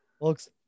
Looks